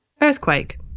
earthquake